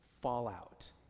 fallout